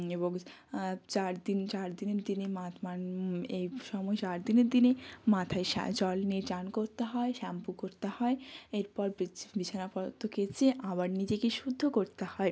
এবং চার দিন চার দিনের দিনই মাত মান এই সময় চার দিনের দিনে মাথায় শ্যা জল নিয়ে স্নান করতে হয় শ্যাম্পু করতে হয় এরপর বিছানাপত্র কেচে আবার নিজেকে শুদ্ধ করতে হয়